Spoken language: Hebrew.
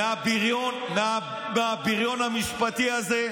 מהבריון המשפטי הזה.